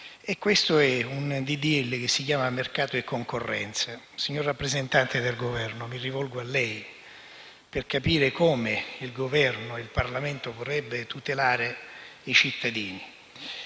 «Legge annuale per il mercato e la concorrenza». Signor rappresentante del Governo, mi rivolgo a lei per capire come il Governo e il Parlamento dovrebbero tutelare i cittadini.